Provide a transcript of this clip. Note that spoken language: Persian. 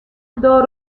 دار